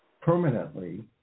permanently